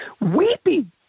weeping